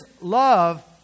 love